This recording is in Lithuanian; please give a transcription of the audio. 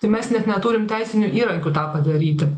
tai mes net neturim teisinių įrankių tą padaryti